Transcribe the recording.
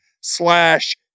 slash